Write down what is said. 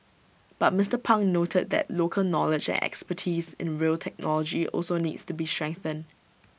but Mister pang noted that local knowledge expertise in rail technology also needs to be strengthened